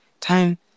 time